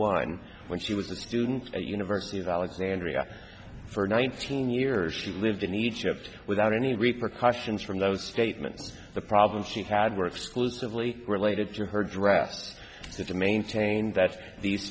one when she was a student at university of alexandria for nineteen years she lived in egypt without any repercussions from those statements the problems she had were exclusively related to her dress so to maintain that these